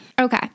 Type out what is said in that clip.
Okay